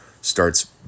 starts